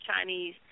Chinese